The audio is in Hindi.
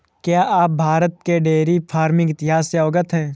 क्या आप भारत के डेयरी फार्मिंग इतिहास से अवगत हैं?